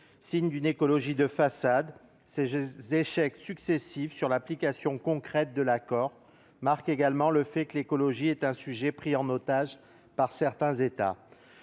Signes d'une écologie de façade, les échecs successifs dans l'application concrète de l'accord marquent également le fait que l'écologie est un sujet pris en otage par certains États.